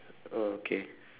oh okay